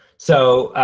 so,